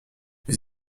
les